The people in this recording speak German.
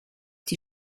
die